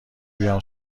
بیام